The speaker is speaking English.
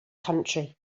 country